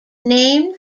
named